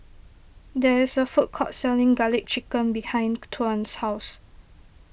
there is a food court selling Garlic Chicken behind Tuan's house